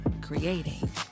Creating